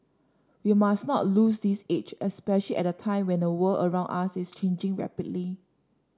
we must not lose this edge especially at a time when the world around us is changing rapidly